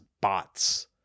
bots